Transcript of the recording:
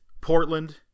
portland